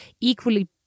equally